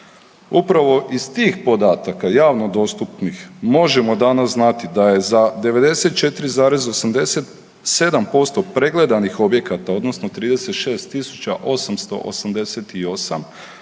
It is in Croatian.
Upravo iz tih podataka javno dostupnih možemo danas znati da je za 94,87% pregledanih objekata odnosno 36